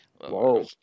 Whoa